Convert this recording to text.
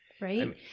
Right